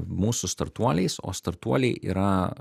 mūsų startuoliais o startuoliai yra